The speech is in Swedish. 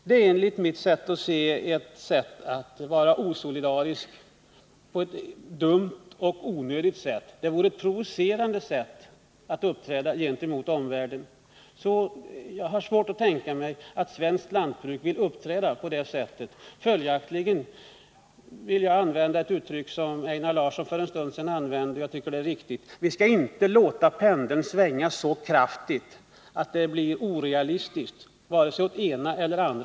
Det innebär enligt mitt sätt att se att vara osolidarisk på ett dumt och onödigt sätt, och det vore också att uppträda provocerande mot omvärlden. Jag har svårt att tänka mig att svenskt lantbruk skulle kunna uppträda så. Följaktligen vill jag använda ett uttryck som Einar Larsson använde för en stund sedan och som jag tycker är riktigt: Vi skall inte låta pendeln svänga så kraftigt åt vare sig det ena eller det andra hållet att det blir orealistiskt.